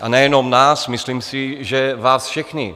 A nejenom nás, myslím si, že vás všechny.